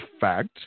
fact